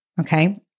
Okay